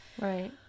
Right